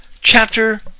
chapter